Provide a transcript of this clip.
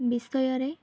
ବିଷୟରେ